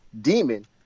demon